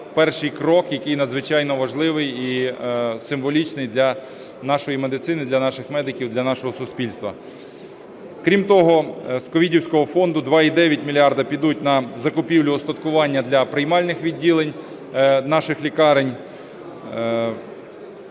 перший крок, який надзвичайно важливий і символічний для нашої медицини, для наших медиків, для нашого суспільства. Крім того, з ковідівського фонду 2,9 мільярда підуть на закупівлю устаткування для приймальних відділень наших лікарень.